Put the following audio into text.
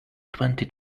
twenty